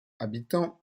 habitants